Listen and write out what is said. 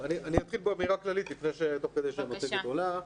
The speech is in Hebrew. אתחיל באמירה כללית תוך כדי שהמצגת עולה.